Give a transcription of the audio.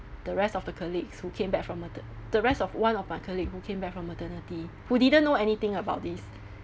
the rest of the colleagues who came back from mater~ the rest of one of my colleague who came back from maternity who didn't know anything about this